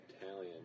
Italian